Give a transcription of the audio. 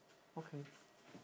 okay